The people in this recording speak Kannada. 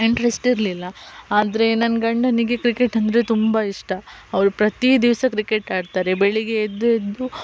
ಇಂಟ್ರೆಸ್ಟ್ ಇರಲಿಲ್ಲ ಆದರೆ ನನ್ನ ಗಂಡನಿಗೆ ಕ್ರಿಕೆಟ್ ಅಂದರೆ ತುಂಬ ಇಷ್ಟ ಅವರು ಪ್ರತಿ ದಿವಸ ಕ್ರಿಕೆಟ್ ಆಡ್ತಾರೆ ಬೆಳಗ್ಗೆ ಎದ್ದು ಎದ್ದು